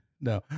No